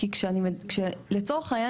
- כי לצורך העניין,